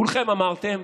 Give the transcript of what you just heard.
כולכם אמרתם,